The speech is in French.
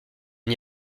n’y